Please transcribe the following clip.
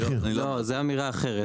לא, זו אמירה אחרת.